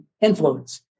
influence